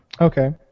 Okay